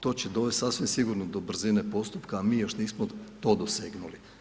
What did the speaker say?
To će dovesti sasvim sigurno do brzine postupka a mi još nismo to dosegnuli.